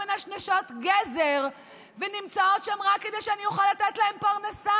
ומנשנשות גזר שנמצאות שם רק כדי שאני אוכל לתת להם פרנסה,